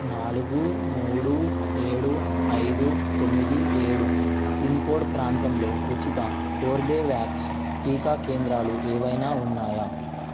నాలుగు మూడు ఏడు ఐదు తొమ్మిది ఏడు పిన్కోడ్ ప్రాంతంలో ఉచిత కోర్బేవాక్స్ టీకా కేంద్రాలు ఏవైనా ఉన్నాయా